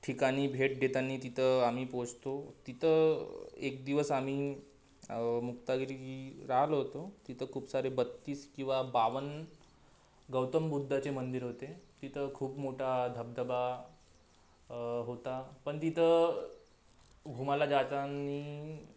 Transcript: ठिकाणी भेट देताना तिथं आम्ही पोचतो तिथं एक दिवस आम्ही मुक्तागिरी राहिलो होतो तिथं खूप सारे बत्तीस किंवा बावन्न गौतम बुद्धाचे मंदिर होते तिथं खूप मोठा धबधबा होता पण तिथं घुमाला जाताना